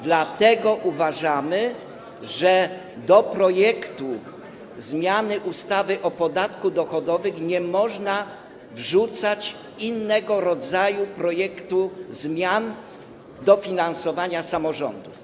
Dlatego uważamy, że do projektu zmiany ustawy o podatku dochodowym nie można wrzucać innego rodzaju projektu zmian dofinansowania samorządów.